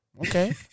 okay